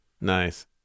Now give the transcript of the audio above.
nice